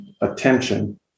Attention